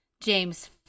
James